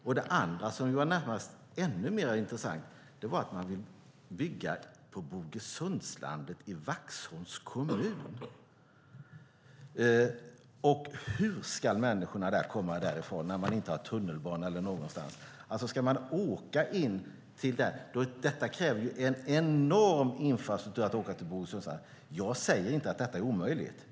För det andra - och det var närmast ännu mer intressant - vill man bygga på Bogesundslandet i Vaxholms kommun. Hur ska människorna där komma därifrån när man inte har tunnelbana eller någonting annat? Hur ska de åka? Det krävs en enorm infrastruktur om man ska åka till Bogesundslandet.